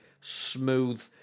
smooth